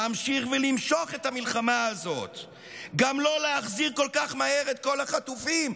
להמשיך ולמשוך את המלחמה הזאת"; גם לא להחזיר כל כך מהר את כל החטופים,